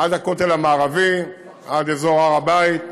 עד הכותל המערבי, עד אזור הר-הבית,